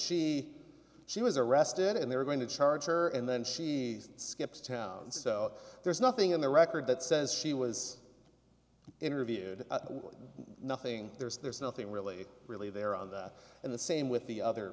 she she was arrested and they were going to charge her and then she skipped town and so there's nothing in the record that says she was interviewed nothing there's nothing really really there on that and the same with the other